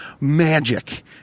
magic